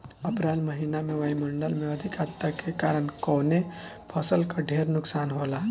अप्रैल महिना में वायु मंडल में अधिक आद्रता के कारण कवने फसल क ढेर नुकसान होला?